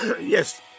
Yes